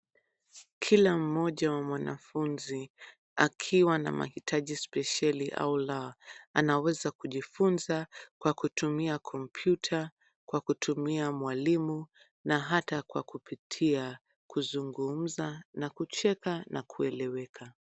Kila mmoja wa mwanafunzi akiwa na mahitaji spesheli au la anaweza kujifunza kwa kutumia kompyuta kwa kutumia mwalimu na hata kwa kupitia kuzungumza na kucheka na kueleweka.